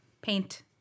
paint